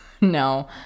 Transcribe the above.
No